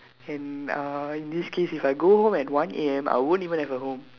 and uh in this case if I go home at one A_M I won't even have a home